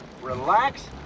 Relax